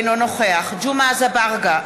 אינו נוכח ג'מעה אזברגה,